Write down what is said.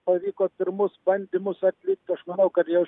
pavyko pirmus bandymus atlikt aš manau kad jau